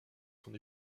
son